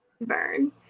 burn